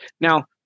Now